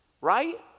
Right